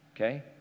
Okay